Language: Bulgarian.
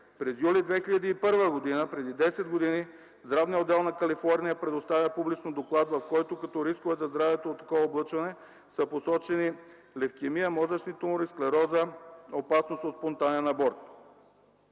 През юли 2001 г. – преди 10 години, Здравният отдел на Калифорния предоставя публично доклад, в който като рискове за здравето от такова облъчване са посочени левкемия, мозъчни тумори, склероза, опасност от спонтанен аборт.